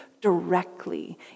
directly